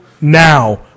now